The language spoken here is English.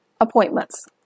appointments